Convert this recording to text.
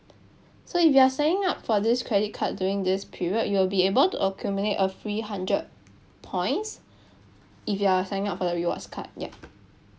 so if you are signing up for this credit card during this period you'll be able to accumulate a free hundred points if you are signing up for the rewards card yup